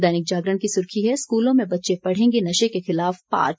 दैनिक जागरण की सुर्खी है स्कूलों में बच्चे पढ़ेंगे नशे के खिलाफ पाठ